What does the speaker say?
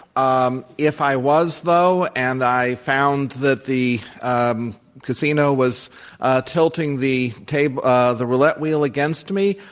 um if i was, though, and i found that the um casino was tilting the table ah the roulette wheel against me,